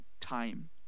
time